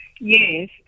Yes